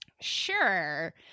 Sure